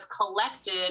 collected